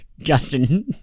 justin